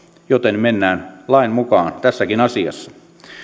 joten mennään lain mukaan tässäkin asiassa